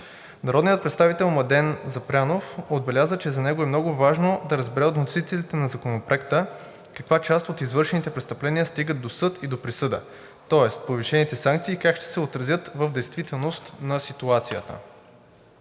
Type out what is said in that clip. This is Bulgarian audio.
Народният представител Младен Запрянов отбеляза, че за него е много важно да разбере от вносителите на Законопроекта каква част от извършените престъпления стигат до съд и до присъда? Тоест, повишените санкции как ще се отразят в действителност на ситуацията?